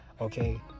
Okay